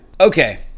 Okay